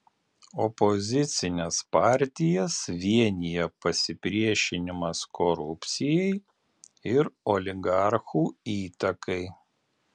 opozicines partijas vienija pasipriešinimas korupcijai ir oligarchų įtakai